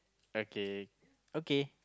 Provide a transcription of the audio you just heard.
okay okay